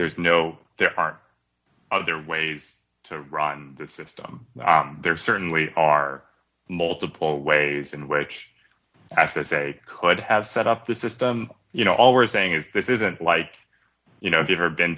there's no there are other ways to run the system there certainly are multiple ways in which as i say could have set up the system you know all we're saying is this isn't like you know if you've ever been